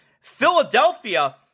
Philadelphia